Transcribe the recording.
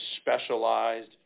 specialized